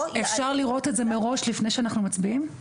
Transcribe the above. אפשר לראות את זה מראש לפני שאנחנו מצביעים?